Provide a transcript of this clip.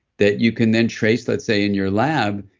that you can then trace, let's say, in your lab.